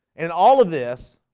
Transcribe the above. and all of this